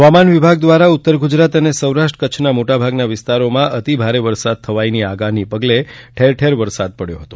હવામાન વિભાગ દ્વારા ઉત્તર ગુજરાત તેમજ સૌરાષ્ટ્ર કચ્છના મોટાભાગના વિસ્તારોમાં અતિ ભારે વરસાદ થવાની આગાહીને પગલે રાજ્યમાં ઠેર ઠેર વરસાદ પડયો હતો